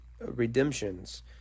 redemptions